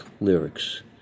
lyrics